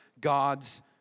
God's